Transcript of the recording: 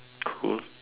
cool